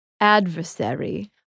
adversary